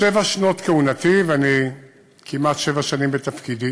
בשבע שנות כהונתי, ואני כמעט שבע שנים בתפקידי